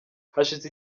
hashize